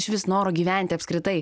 išvis noro gyventi apskritai